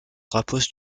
rapproche